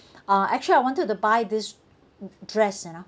uh actually I wanted to buy this dress you know